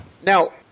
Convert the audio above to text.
Now